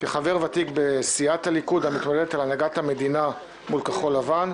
כחבר ותיק בסיעת הליכוד המתמודדת על הנהגת המדינה מול כחול לבן.